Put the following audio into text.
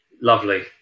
Lovely